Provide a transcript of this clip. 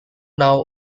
now